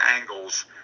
angles